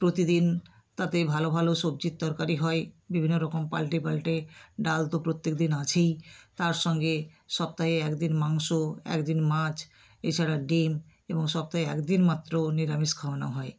প্রতিদিন তাতে ভালো ভালো সবজির তরকারি হয় বিভিন্ন রকম পাল্টে পাল্টে ডাল তো প্রত্যেক দিন আছেই তার সঙ্গে সপ্তাহে একদিন মাংস একদিন মাছ এছাড়া ডিম এবং সপ্তাহে একদিন মাত্র নিরামিষ খাওয়ানো হয়